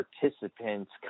participants